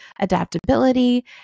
adaptability